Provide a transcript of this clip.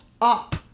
up